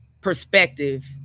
perspective